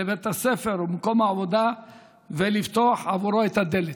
בבית הספר או במקום העבודה ולפתוח עבורו את הדלת.